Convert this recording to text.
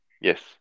Yes